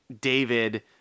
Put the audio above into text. David